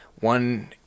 one